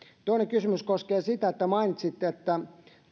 toinen kysymys koskee sitä että mainitsitte että